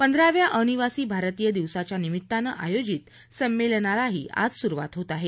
पंधराव्या अनिवासी भारतीय दिवसाच्या निमितानं आयोजित संमेलनालाही आज सुरुवात होत आहे